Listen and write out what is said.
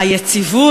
היציבות,